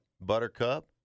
Buttercup